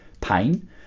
pain